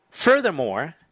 Furthermore